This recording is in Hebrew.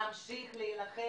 נמשיך להילחם